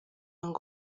ngo